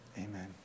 Amen